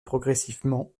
progressivement